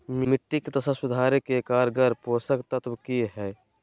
मिट्टी के दशा सुधारे के कारगर पोषक तत्व की है?